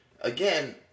Again